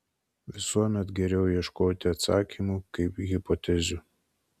visuomet geriau ieškoti atsakymų kaip hipotezių